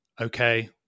Okay